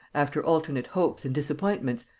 after alternate hopes and disappointments,